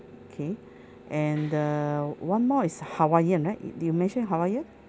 okay and err one more is hawaiian right you did you mention hawaiian